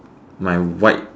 my white